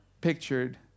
pictured